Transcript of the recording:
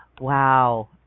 Wow